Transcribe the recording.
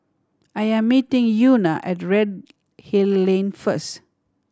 I am meeting Euna at Redhill Lane first